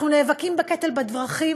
אנחנו נאבקים בקטל בדרכים,